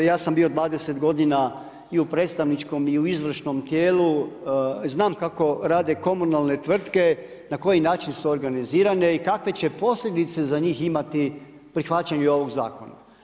Ja sam bio 20 godina i u predstavničkom i u izvršnom tijelu, znam kako rade komunalne tvrtke, na koji način su organizirane i kakve će posljedice za njih imati prihvaćanje ovog zakona.